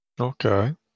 Okay